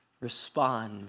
respond